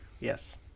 yes